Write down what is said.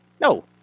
No